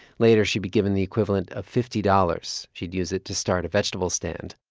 later, she'd be given the equivalent of fifty dollars. she'd use it to start a vegetable stand.